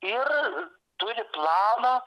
ir turi planą